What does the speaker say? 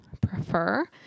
prefer